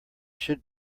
should